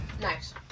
Nice